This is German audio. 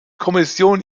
kommission